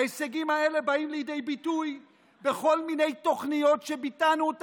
ההישגים האלה באים לידי ביטוי בכל מיני תוכניות שביטאנו: